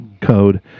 code